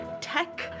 tech